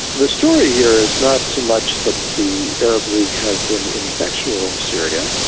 the story here is not so much that the arab league has been ineffectual in syria,